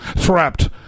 trapped